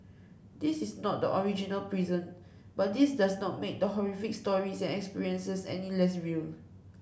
this is not the original prison but this does not make the horrific stories and experiences any less real